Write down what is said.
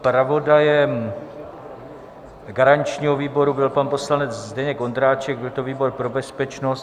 Zpravodajem garančního výboru byl pan poslanec Zdeněk Ondráček, byl to výbor pro bezpečnost.